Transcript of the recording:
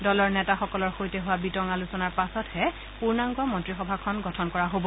দলৰ নেতাসকলৰ সৈতে হোৱা বিতং আলোচনাৰ পাছতহে পূৰ্ণাংগ মন্ত্ৰীসভাখন গঠন কৰা হব